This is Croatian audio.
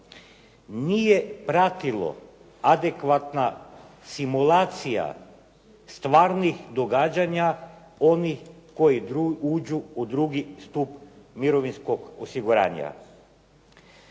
nije pratilo adekvatna simulacija stvarnih događanja onih koji uđu u drugi stup mirovinskog osiguranja.